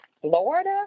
Florida